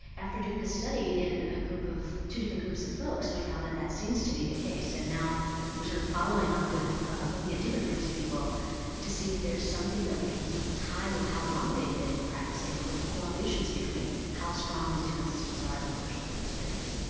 after doing this study in ah two different groups of folks, we found that that seems to be the case, and now we're sort of following up with looking at different groups of people to see if there's something that we can sort of tie with how long they've been practising and correlations between how strong these different systems are as a function of their experience.